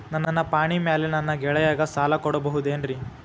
ನನ್ನ ಪಾಣಿಮ್ಯಾಲೆ ನನ್ನ ಗೆಳೆಯಗ ಸಾಲ ಕೊಡಬಹುದೇನ್ರೇ?